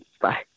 Bye